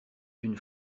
une